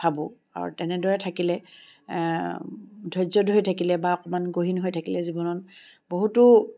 ভাবোঁ আৰু তেনেদৰে থাকিলে ধৰ্য্য ধৰি থাকিলে বা অকণমান গহীন হৈ থাকিলে জীৱনত বহুতো